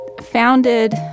Founded